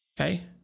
okay